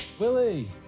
Willie